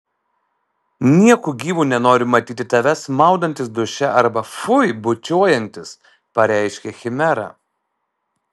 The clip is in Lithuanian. nieku gyvu nenoriu matyti tavęs maudantis duše arba fui bučiuojantis pareiškė chimera